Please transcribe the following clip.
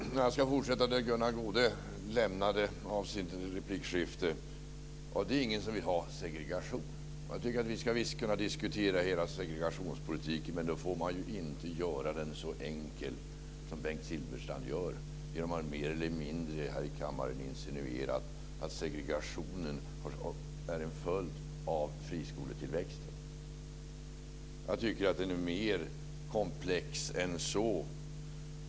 Herr talman! Jag ska fortsätta där Gunnar Goude slutade sin replik. Det är ingen som vill ha segregation. Jag tycker att vi visst ska kunna diskutera hela segregationspolitiken, men då får man inte göra den så enkel som Bengt Silfverstrand gör den genom att här i kammaren mer eller mindre insinuera att segregationen är en följd av friskoletillväxten. Jag tycker att frågan är mer komplex än så.